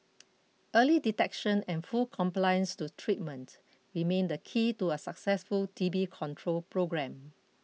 early detection and full compliance to treatment remain the key to a successful T B control programme